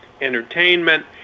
entertainment